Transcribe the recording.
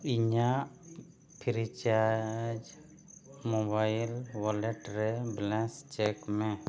ᱤᱧᱟᱹᱜ Freecharge mobile wallet ᱨᱮ balance check ᱢᱮ